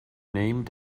named